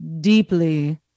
deeply